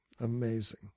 Amazing